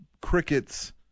Crickets